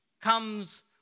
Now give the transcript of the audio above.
comes